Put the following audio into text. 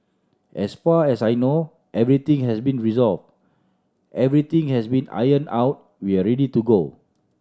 as far as I know everything has been resolved everything has been ironed out we are ready to go